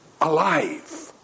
alive